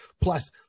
Plus